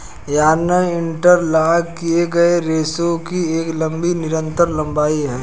yarn interlock किए गए रेशों की एक लंबी निरंतर लंबाई है